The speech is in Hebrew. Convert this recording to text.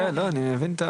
כן, כן אני מבין.